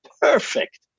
perfect